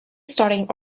starting